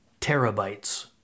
terabytes